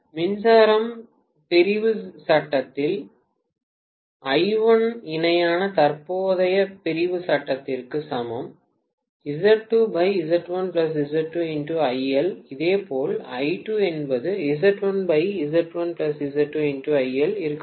மின்சாரம் பிரிவு சட்டத்தில் I1 இணையான தற்போதைய பிரிவு சட்டத்திற்கு சமம் இதேபோல் I2 என்பது இருக்கப்போகிறது